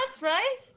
right